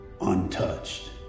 Untouched